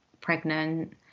pregnant